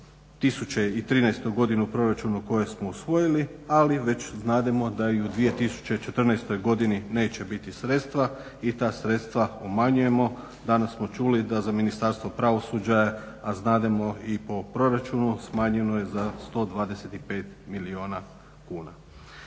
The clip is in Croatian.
2013. godinu u proračunu koji smo usvojili, ali već znamo da i u 2014. godini neće biti sredstva i ta sredstva umanjujemo. Danas smo čuli da za Ministarstvo pravosuđa, a znademo i po proračunu smanjeno je za 125 milijuna kuna.